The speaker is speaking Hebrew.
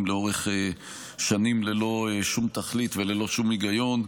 לאורך שנים ללא שום תכלית וללא שום היגיון,